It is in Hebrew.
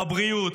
בבריאות,